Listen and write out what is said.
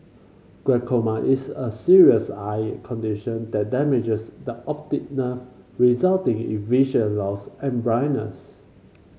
glaucoma is a serious eye condition that damages the optic nerve resulting in vision loss and blindness